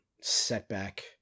setback